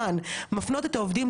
בלי להגיש בקשה הומניטרית.